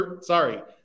sorry